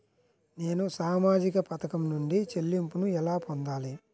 నేను సామాజిక పథకం నుండి చెల్లింపును ఎలా పొందాలి?